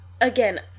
again